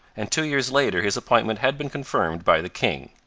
and two years later his appointment had been confirmed by the king.